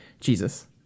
Jesus